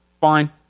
Fine